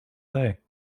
day